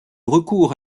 recours